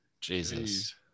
jesus